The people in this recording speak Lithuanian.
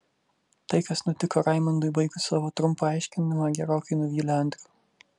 tai kas nutiko raimundui baigus savo trumpą aiškinimą gerokai nuvylė andrių